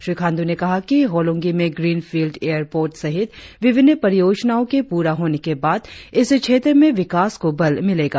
श्री खांडू ने कहा कि होलोंगी में ग्रीन फील्ड एयर पोर्ट सहित विभिन्न परियोजनाओं के पूरा होने के बाद इस क्षेत्र में विकास को बल मिलेगा